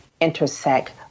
intersect